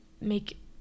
make